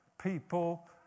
people